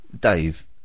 Dave